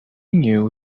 knew